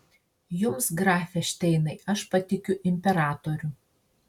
jums grafe šteinai aš patikiu imperatorių